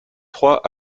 trois